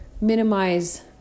minimize